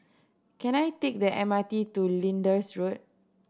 can I take the M R T to Lyndhurst Road